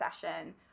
session